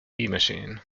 machine